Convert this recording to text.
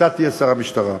אתה תהיה שר המשטרה.